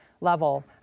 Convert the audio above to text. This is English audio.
level